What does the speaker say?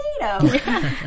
potato